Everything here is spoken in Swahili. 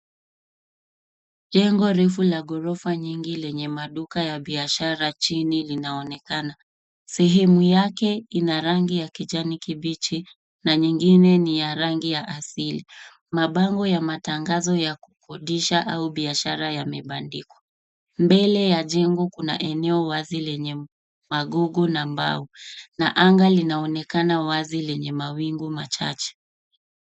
Jengo refu la ghorofa nyingi lenye maduka ya biashara chini linaonekana . Sehemu yake ina rangi ya kijani kibichi na nyingine ni ya rangi ya asili. Mabango ya matangazo ya kukodisha au biashara yamebandikwa. Mbele ya jengo kuna eneo wazi lenye magugu na mbao na anga limeonekana wazi lenye mawingu machache.